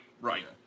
right